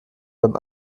beim